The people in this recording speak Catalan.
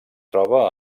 troba